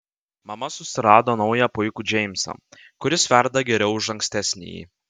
mama susirado naują puikų džeimsą kuris verda geriau už ankstesnįjį